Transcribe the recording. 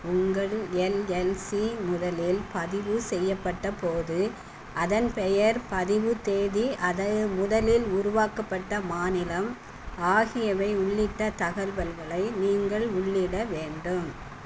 உங்கள் எல்எல்சி முதலில் பதிவு செய்யப்பட்டபோது அதன் பெயர் பதிவுத் தேதி அது முதலில் உருவாக்கப்பட்ட மாநிலம் ஆகியவை உள்ளிட்ட தகவல்களை நீங்கள் உள்ளிட வேண்டும்